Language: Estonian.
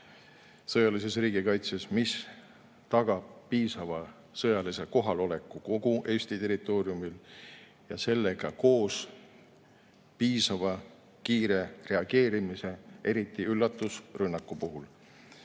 juhtimine, mis tagab piisava sõjalise kohaloleku kogu Eesti territooriumil ja sellega koos piisavalt kiire reageerimise, eriti üllatusrünnaku puhul.